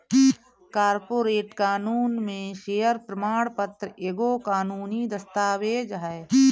corporate कानून में share प्रमाण पत्र एगो कानूनी दस्तावेज हअ